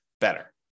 better